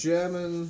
German